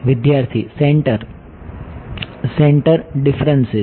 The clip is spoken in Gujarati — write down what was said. વિદ્યાર્થી સેન્ટર સેન્ટર ડિફરન્સીસ